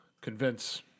convince